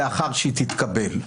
לאחר שהיא תתקבל.